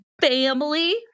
family